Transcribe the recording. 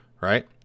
right—